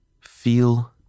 feel